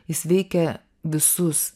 jis veikia visus